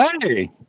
Hey